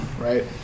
right